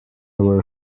were